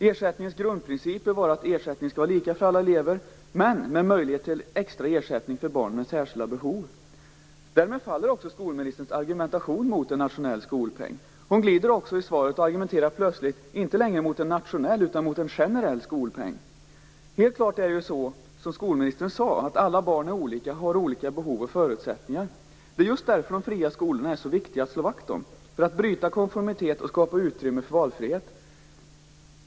Ersättningens grundprincip bör vara att ersättningen skall vara lika för alla elever, men med möjlighet till extra ersättning för barn med särskilda behov. Därmed faller skolministerns argumentation mot en nationell skolpeng. Skolministern glider också i svaret och argumenterar plötsligt inte mot en "nationell" utan mot en "generell" skolpeng. Helt klart är det så - som skolministern sade - att alla barn är olika och har olika behov och förutsättningar. Det är just därför som de fria skolorna är så viktiga att slå vakt om - för att bryta konformiteten och skapa utrymme för valfrihet.